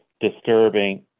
disturbing